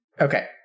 Okay